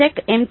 tech ఎం